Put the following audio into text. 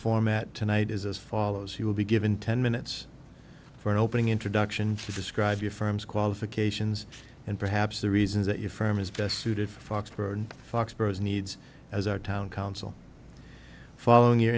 format tonight is as follows he will be given ten minutes for an opening introduction for describe your firm's qualifications and perhaps the reasons that your firm is best suited for foxborough foxborough his needs as our town council following your